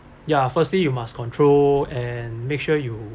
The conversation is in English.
ya firstly you must control and make sure you